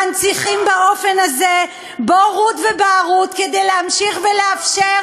מנציחים באופן הזה בורות ובערות כדי להמשיך ולאפשר,